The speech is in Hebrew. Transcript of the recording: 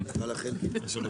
אורכה, אבל אני חושבת